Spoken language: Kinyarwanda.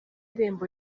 irembo